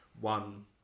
one